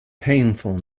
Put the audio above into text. painful